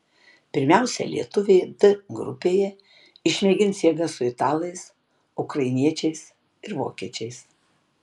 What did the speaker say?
pirmiausia lietuviai d grupėje išmėgins jėgas su italais ukrainiečiais ir vokiečiais